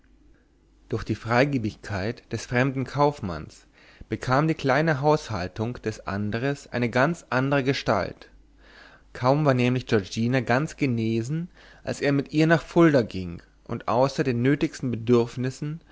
durch die freigebigkeit des fremden kaufmanns bekam die kleine haushaltung des andres eine ganz andere gestalt kaum war nämlich giorgina ganz genesen als er mit ihr nach fulda ging und außer den nötigsten bedürfnissen